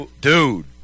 dude